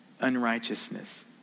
unrighteousness